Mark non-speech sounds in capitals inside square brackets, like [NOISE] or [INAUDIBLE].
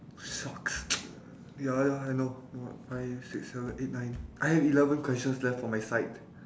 shucks [NOISE] ya ya I know I got I have six seven eight nine I have eleven questions left for my side